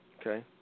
okay